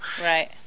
Right